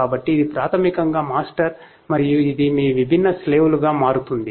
కాబట్టి ఇది ప్రాథమికంగా మాస్టర్ మరియు ఇది మీ విభిన్న స్లేవ్ లుగా మారుతుంది